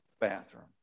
bathroom